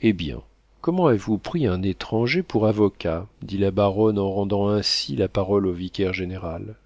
eh bien comment avez-vous pris un étranger pour avocat dit la baronne en rendant ainsi la parole au vicaire-général